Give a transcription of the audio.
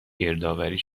گردآوری